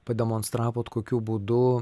pademonstravot kokiu būdu